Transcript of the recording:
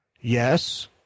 yes